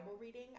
reading